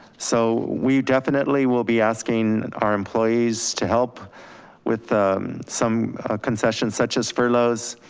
so we definitely will be asking our employees to help with some concessions such as furloughs,